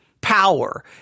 power